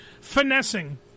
Finessing